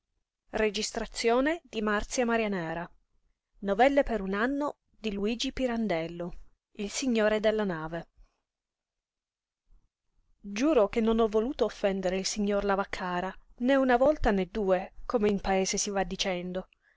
me da me amata da me e rompe in un pianto disperato abbattendosi sul cadavere di loretta giuro che non ho voluto offendere il signor lavaccara né una volta né due come in paese si va dicendo